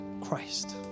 Christ